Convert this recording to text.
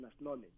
knowledge